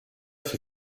für